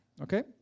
Okay